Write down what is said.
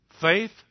Faith